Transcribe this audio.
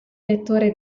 lettore